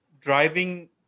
driving